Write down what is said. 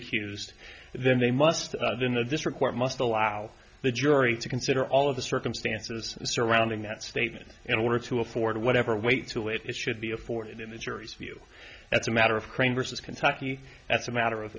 accused then they must then the district court must allow the jury to consider all of the circumstances surrounding that statement in order to afford whatever weight to it it should be afforded in the jury's view that's a matter of crane versus kentucky that's a matter of